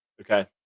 okay